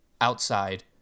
outside